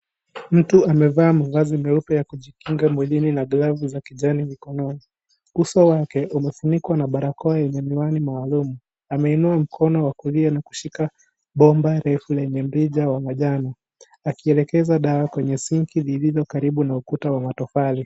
Mtu amevaa mavazi meupe ya kujikinga mwilini na glovu za kijani mikononi. Uso wake umefunikwa na barakoa yenye miwani maalum. Ameinua mkono wa kulia na kushika bomba refu lenye mrija wa manjano akielekeza dawa kwenye sinki lililo karibu na ukuta wa matofali.